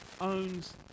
owns